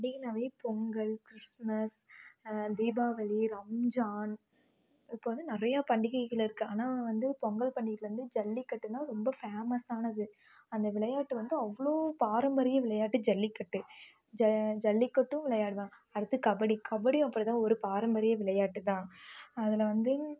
பண்டிகைனாவே Pongal Christmas Deepavali Ramzan இப்போ வந்து நிறைய பண்டிகைகள் இருக்குது ஆனால் வந்து பொங்கல் பண்டிகையில வந்து ஜல்லிக்கட்டுனா ரொம்ப ஃபேமஸானது அந்த விளையாட்டு வந்து அவ்வளோ பாரம்பரிய விளையாட்டு ஜல்லிக்கட்டு ஜ ஜல்லிக்கட்டும் விளையாடுவாங்க அடுத்து கபடி கபடியும் அப்படிதான் ஒரு பாரம்பரிய விளையாட்டு தான் அதில் வந்து